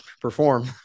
perform